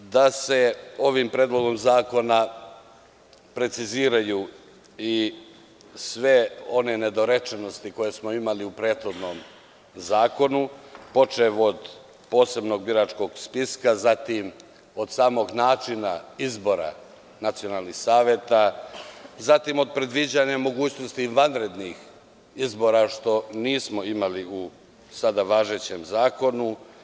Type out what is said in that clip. Ovim predlogom zakona se preciziraju i sve one nedorečenosti koje smo imali u prethodnom zakonu, počev od posebnog biračkog spiska, od samog načina izbora nacionalnih saveta, predviđanja mogućnosti vanrednih izbora, što nismo imali u sada važećem zakonu.